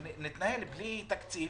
שמתנהל בלי תקציב.